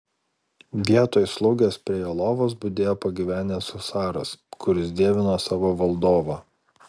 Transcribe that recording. vietoj slaugės prie jo lovos budėjo pagyvenęs husaras kuris dievino savo valdovą